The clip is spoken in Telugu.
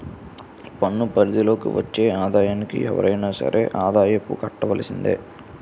పన్ను పరిధి లోకి వచ్చే ఆదాయానికి ఎవరైనా సరే ఆదాయపు కట్టవలసిందే